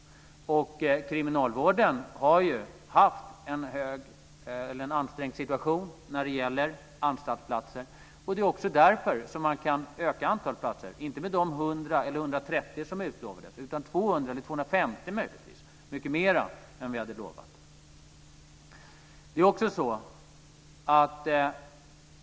Kriminalvården har ju haft en ansträngd situation när det gäller antalet anstaltsplatser. Nu kan man öka antalet platser, inte med de 100 eller 130 som utlovades utan med 200 eller möjligen 250. Det är mycket mer än vi hade lovat.